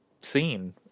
scene